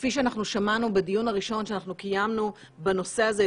שכפי שאנחנו שמענו בדיון הראשון שאנחנו קיימנו בנושא הזה,